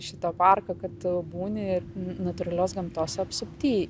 šitą parką kad tu būni natūralios gamtos apsupty